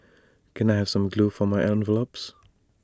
can I have some glue for my envelopes